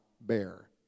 bear